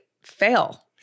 fail